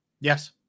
Yes